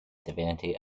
divinity